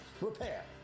repair